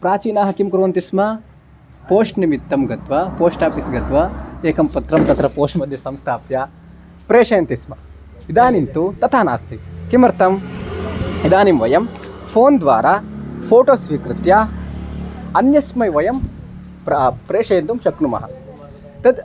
प्राचीनाः किं कुर्वन्ति स्म पोश्ट् निमित्तं गत्वा पोश्ट आपीस् गत्वा एकं पत्रं तत्र पोश्ट्मध्ये संस्थाप्य प्रेषयन्ति स्म इदानीं तु तथा नास्ति किमर्थम् इदानीं वयं फोन्द्वारा फोटो स्वीकृत्य अन्यस्मै वयं प्रा प्रेषयितुं शक्नुमः तद्